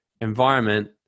environment